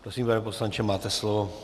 Prosím, pane poslanče, máte slovo.